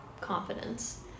confidence